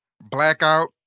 Blackout